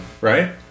right